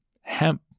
Hemp